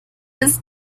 ist